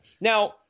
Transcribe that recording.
Now